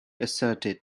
asserted